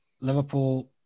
Liverpool